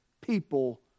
people